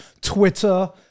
Twitter